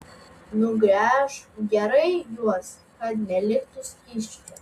nugręžk gerai juos kad neliktų skysčio